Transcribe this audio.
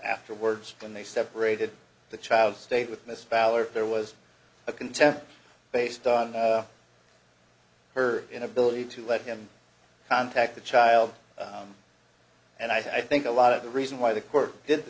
afterwards when they separated the child stayed with miss fowler there was a contempt based on her inability to let him contact the child and i think a lot of the reason why the court did the